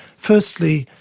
firstly,